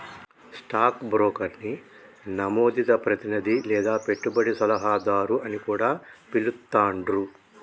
stock బ్రోకర్ని నమోదిత ప్రతినిధి లేదా పెట్టుబడి సలహాదారు అని కూడా పిలుత్తాండ్రు